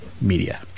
media